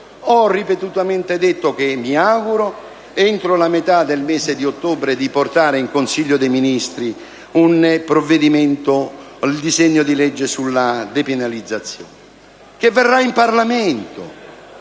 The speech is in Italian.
il Ministero e che mi auguro, entro la metà del mese di ottobre, di portare in Consiglio dei ministri un disegno di legge sulla depenalizzazione che verrà in Parlamento.